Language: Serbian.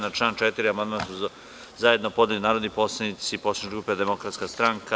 Na član 4. amandman su zajedno podneli narodni poslanici poslaničke grupe Demokratska stranka.